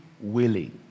willing